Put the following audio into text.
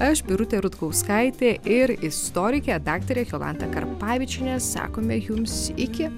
aš birutė rutkauskaitė ir istorikė daktarė jolanta karpavičienė sakome jums iki